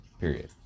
Period